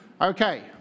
Okay